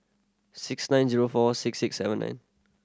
six nine zero four six six seven nine